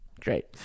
great